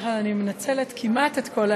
אנחנו עוברים להצעת החוק